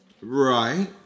Right